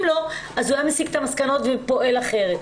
לו ואז הוא היה מסיק את המסקנות ופועל אחרת,